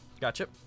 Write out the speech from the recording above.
Gotcha